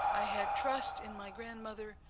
i had trust in my grandmother,